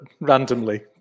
Randomly